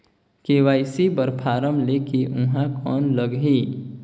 KYC बर form ले के ऊहां कौन लगही?